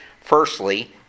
firstly